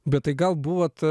bet tai gal buvot